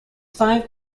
five